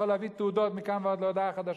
הוא יכול להביא תעודות מכאן ועד להודעה חדשה,